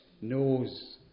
knows